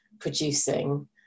producing